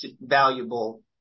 valuable